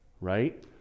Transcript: right